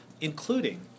including